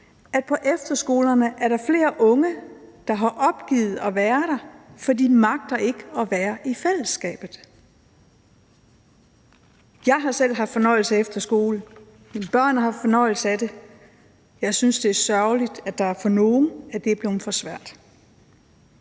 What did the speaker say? det. På efterskolerne er der flere unge, der har opgivet at være der, for de magter ikke at være i fællesskabet. Jeg har selv haft fornøjelse af at være på efterskole, mine børn har haft fornøjelse af det; jeg synes, det er sørgeligt, at det for nogle er blevet for svært.